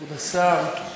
כבוד השר,